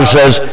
says